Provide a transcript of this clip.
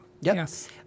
Yes